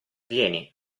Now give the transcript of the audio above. vieni